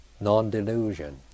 non-delusion